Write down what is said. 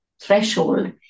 threshold